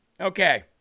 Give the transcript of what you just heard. Okay